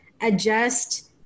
Adjust